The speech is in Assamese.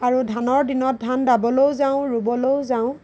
আৰু ধানৰ দিনত ধান দাবলৈও যাওঁ ৰুবলৈও যাওঁ